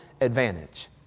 advantage